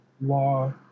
law